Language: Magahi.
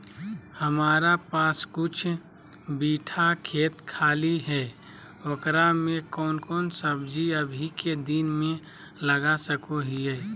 हमारा पास कुछ बिठा खेत खाली है ओकरा में कौन कौन सब्जी अभी के दिन में लगा सको हियय?